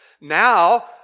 now